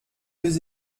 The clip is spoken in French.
deux